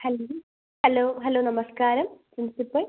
hello hello നമസ്കാരം principle